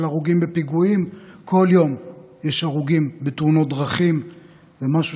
היא נפגעה ביום חמישי האחרון בתאונת דרכים קשה בביתר עילית.